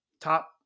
top